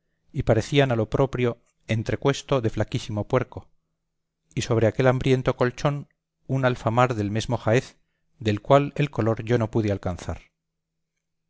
y parecían a lo proprio entrecuesto de flaquísimo puerco y sobre aquel hambriento colchón un alfamar del mesmo jaez del cual el color yo no pude alcanzar